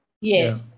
Yes